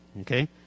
Okay